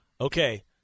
Okay